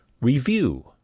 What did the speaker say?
review